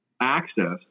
access